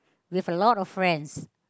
with a lot of friends